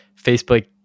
facebook